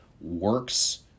works